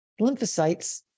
lymphocytes